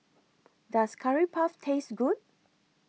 Does Curry Puff Taste Good